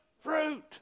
fruit